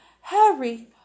Harry